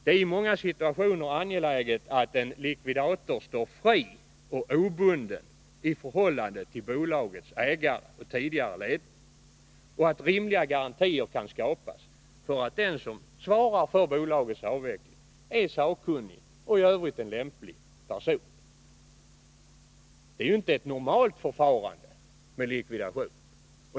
Det är i många situationer angeläget att en likvidator står fri och obunden i förhållande till bolagets ägare och tidigare ledning och att rimliga garantier kan skapas för att den som svarar för bolagets avveckling är sakkunnig och i övrigt en lämplig person. Att man tillgriper likvidatition är ju inte ett normalt förfarande.